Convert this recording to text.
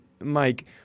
Mike—